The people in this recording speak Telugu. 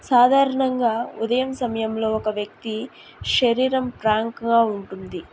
సాధారణంగా ఉదయం సమయంలో ఒక వ్యక్తి శరీరం ప్రాంక్గా ఉంటుంది